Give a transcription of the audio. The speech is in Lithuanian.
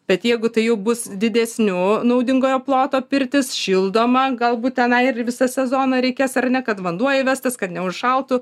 bet jeigu tai bus didesnių naudingojo ploto pirtis šildoma galbūt tenai ir visą sezoną reikės ar ne kad vanduo įvestas kad neužšaltų